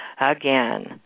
again